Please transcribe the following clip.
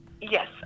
Yes